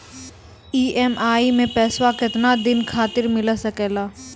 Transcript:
EMI मैं पैसवा केतना दिन खातिर मिल सके ला?